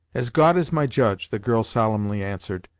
as god is my judge, the girl solemnly answered,